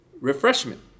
refreshment